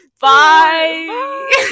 Bye